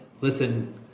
listen